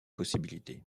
possibilité